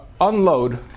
unload